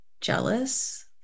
jealous